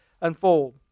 unfold